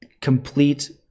complete